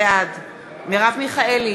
בעד מרב מיכאלי,